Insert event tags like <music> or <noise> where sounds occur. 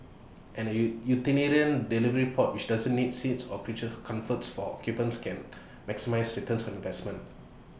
and A <unintelligible> utilitarian delivery pod which doesn't need seats or creature comforts for occupants can maximise return on investment